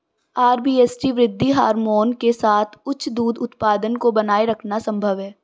RBST वृद्धि hormone के साथ उच्च दूध उत्पादन को बनाए रखना संभव है